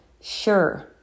sure